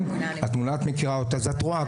את מכירה אותה, אז את רואה.